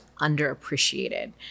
underappreciated